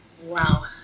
Wow